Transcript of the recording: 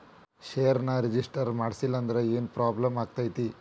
ಷೇರ್ನ ರಿಜಿಸ್ಟರ್ ಮಾಡ್ಸಿಲ್ಲಂದ್ರ ಏನ್ ಪ್ರಾಬ್ಲಮ್ ಆಗತೈತಿ